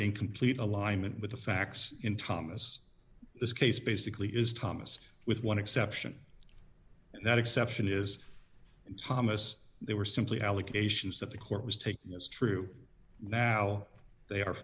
in complete alignment with the facts in thomas this case basically is thomas with one exception and that exception is thomas they were simply allegations that the court was taking as true now they are